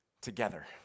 together